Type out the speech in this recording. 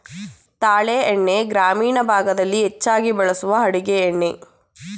ತಾಳೆ ಎಣ್ಣೆ ಗ್ರಾಮೀಣ ಭಾಗದಲ್ಲಿ ಹೆಚ್ಚಾಗಿ ಬಳಸುವ ಅಡುಗೆ ಎಣ್ಣೆ